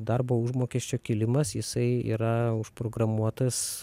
darbo užmokesčio kilimas jisai yra užprogramuotas